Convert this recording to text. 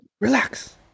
Relax